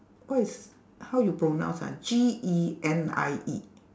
what is how you pronounce ah G E N I E